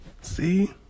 See